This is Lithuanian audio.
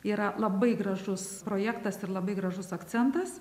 yra labai gražus projektas ir labai gražus akcentas